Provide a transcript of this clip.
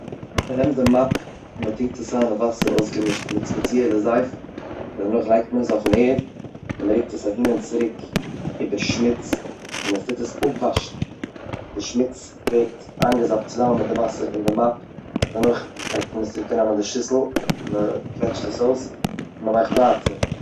מען נעמט די מאפ און מען טונקט עס איין אין וואסער אויסגעמישט מיט ספעציעלע זייף, דערנאך לייגט מען עס אויפן ערד און מען רוקט עס אהין און צוריק איבער שמוץ און עס טוט עס אפוואשן. די שמוץ ווערט איינגעזאפט צוזאמען מיט די וואסער אין די מאפ דערנאך לייגט מען עס צוריק אריין אין די שיסל, מען קוועטשט עס אויס און מען מאכט ווייטער.